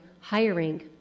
hiring